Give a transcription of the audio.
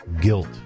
guilt